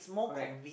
correct